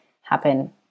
happen